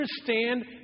understand